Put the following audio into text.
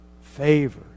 Favor